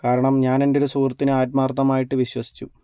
കാരണം ഞാൻ എൻ്റെ ഒരു സുഹൃത്തിനെ ആത്മാർത്ഥമായിട്ട് വിശ്വസിച്ചു